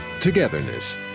togetherness